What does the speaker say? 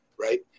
right